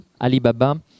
Alibaba